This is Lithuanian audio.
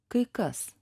kai kas